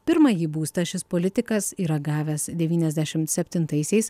pirmąjį būstą šis politikas yra gavęs devyniasdešim septintaisiais